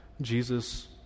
Jesus